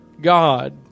God